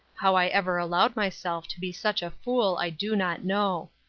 how i ever allowed myself to be such a fool i do not know.